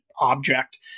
object